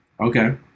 Okay